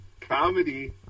comedy